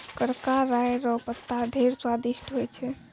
करका राय रो पत्ता ढेर स्वादिस्ट होय छै